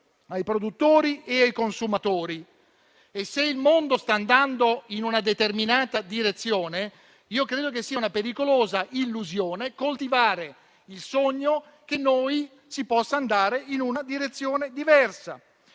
ai produttori e ai consumatori e, se il mondo sta andando in una determinata direzione, credo sia una pericolosa illusione coltivare il sogno che si possa andare in una direzione diversa.